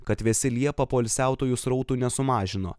kad vėsi liepa poilsiautojų srautų nesumažino